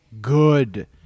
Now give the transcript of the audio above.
good